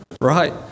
Right